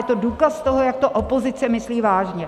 Je to důkaz toho, jak to opozice myslí vážně.